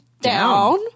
down